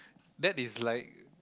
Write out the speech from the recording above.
that is like